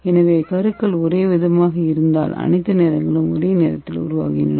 எனவே கருக்கள் ஒரேவிதமானதாக இருந்தால் அனைத்து கருக்களும் ஒரே நேரத்தில் உருவாகின்றன